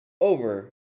over